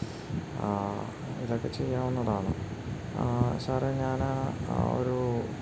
ഇതൊക്കെ ചെയ്യാവുന്നതാണ് സാറേ ഞാൻ ആ ആ ഒരു